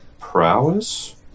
Prowess